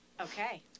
Okay